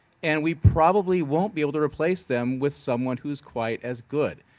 and we probably won't be able to replace them with someone who's quite as good.